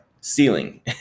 Ceiling